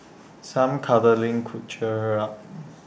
some cuddling could cheer her up